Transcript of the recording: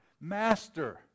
Master